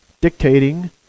dictating